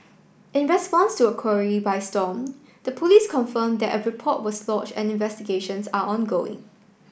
in response to a query by Stomp the police confirmed that a report was lodge and investigations are ongoing